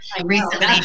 recently